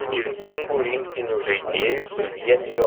skirtingų rinktinių žaidėjus suvienijo